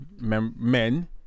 men